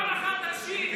פעם אחת תקשיב.